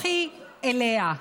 לכי אליה.